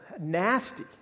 nasty